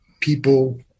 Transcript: people